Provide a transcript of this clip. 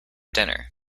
dinner